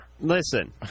Listen